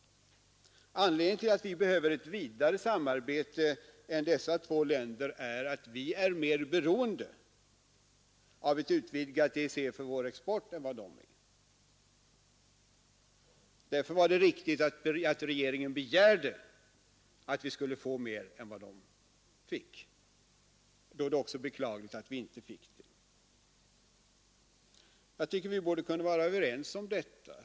Anledningen till att vi behöver ett vidare samarbete än dessa två länder är att vi är mer beroende av ett utvidgat EEC för vår export än vad de är. Därför var det riktigt att regeringen begärde att vi skulle få mer än de fick, och då är det också beklagligt att vi inte fick det. Jag tycker vi borde kunna vara överens om detta.